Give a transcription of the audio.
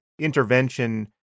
intervention